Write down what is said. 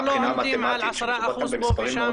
אנחנו לא עומדים על 10% פה ושם,